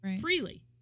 freely